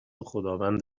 خداوند